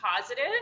positive